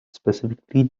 specifically